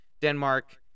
Denmark